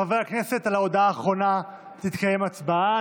חברי הכנסת, על ההודעה האחרונה תתקיים הצבעה.